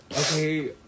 okay